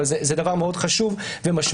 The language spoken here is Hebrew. אבל זה מאוד חשוב ומשמעותי,